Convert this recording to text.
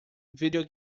video